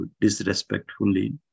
disrespectfully